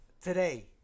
today